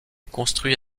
construit